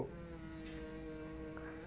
mm